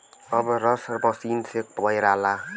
अब रस मसीन से पेराला